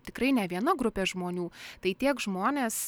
tikrai ne viena grupė žmonių tai tiek žmonės